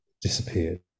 disappeared